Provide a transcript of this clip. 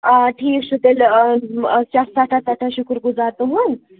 آ ٹھیٖک چھُ تیٚلہِ چھَس سٮ۪ٹھاہ سٮ۪ٹھاہ شُکُر گُزار تُہٕنٛز